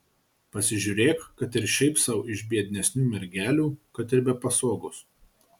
pasižiūrėk kad ir šiaip sau iš biednesnių mergelių kad ir be pasogos